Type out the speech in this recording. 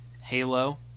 Halo